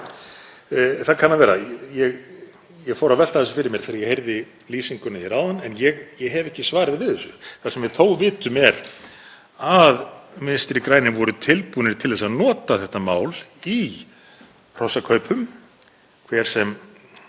Það kann að vera. Ég fór að velta þessu fyrir mér þegar ég heyrði lýsinguna hér áðan en ég hef ekki svarið við þessu. Það sem við þó vitum er að Vinstri grænir voru tilbúnir til að nota þetta mál í hrossakaupum, hver sem